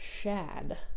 shad